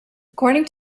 according